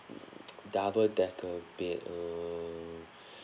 double decker bed err